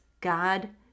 God